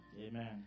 Amen